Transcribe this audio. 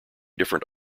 different